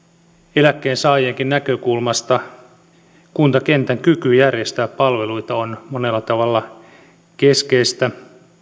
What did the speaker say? eläkkeensaajienkin näkökulmasta kuntakentän kyky järjestää palveluita on monella tavalla keskeinen